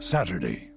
Saturday